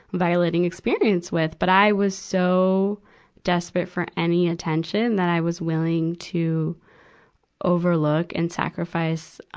violating experience with. but i was so desperate for any attention that i was willing to overlook and sacrifice, ah,